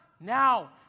now